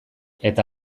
eta